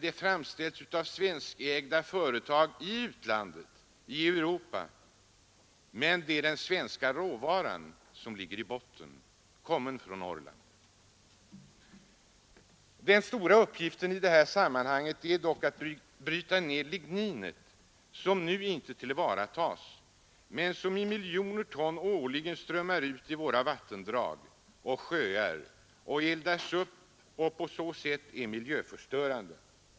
De framställs av svenskägda företag ute i Europa, men det är den svenska råvaran som ligger i botten, kommen från Norrland. Den stora uppgiften är dock att bryta ned ligninet, som nu inte tillvaratas men som i miljoner ton årligen strömmar ut i våra vattendrag och sjöar eller eldas upp och på så sätt är miljöförstörande.